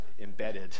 embedded